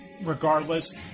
regardless